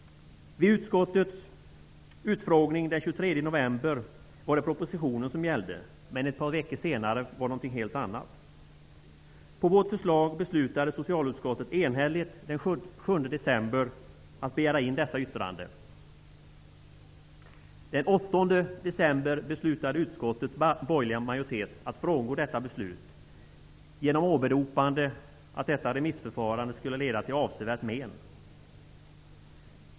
Vid utskottets utfrågning den 23 november var det propositionen som gällde, men ett par veckor senare var det något helt annat. På vårt förslag beslutade socialutskottet enhälligt den 7 december att begära in dessa yttrande. Den 8 december beslutade utskottets borgerliga majoritet att frångå detta beslut genom åberopande av att detta remissförfarande skulle leda till avsevärt men.